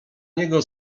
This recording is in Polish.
niego